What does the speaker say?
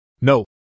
No